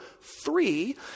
three